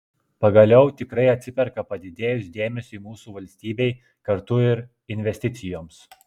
pagaliau tikrai atsiperka padidėjus dėmesiui mūsų valstybei kartu ir investicijoms